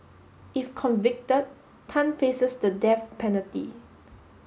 if convicted Tan faces the death penalty